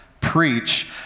preach